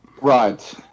Right